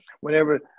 whenever